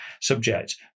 subject